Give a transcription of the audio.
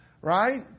right